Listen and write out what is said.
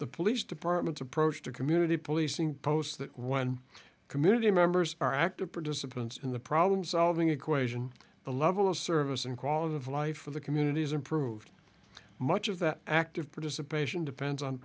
the police department's approach to community policing posts that one community members are active participants in the problem solving equation the level of service and quality of life for the communities improved much of that active participation depends on